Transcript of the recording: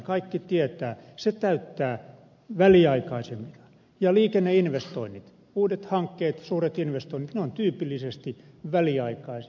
kaikki tietävät että se täyttää väliaikaisuuden ja liikenneinvestoinnit uudet hankkeet suuret investoinnit ovat tyypillisesti väliaikaisia